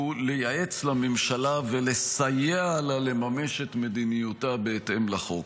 הוא לייעץ לממשלה ולסייע לה לממש את מדיניותה בהתאם לחוק.